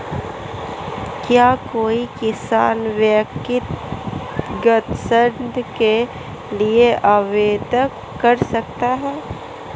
क्या कोई किसान व्यक्तिगत ऋण के लिए आवेदन कर सकता है?